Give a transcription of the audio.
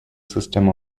system